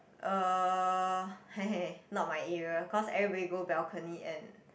um he he he not my area cause everybody go balcony and